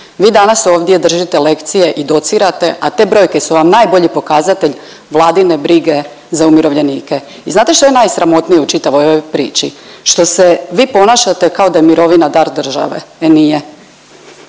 Vi danas ovdje držite lekcije i docirate, a te brojke su vam najbolji pokazatelj Vladine brige za umirovljenike. I znate što je najsramotnije u čitavoj ovoj priči? Što se vi ponašate kao da je mirovina dar države. E nije.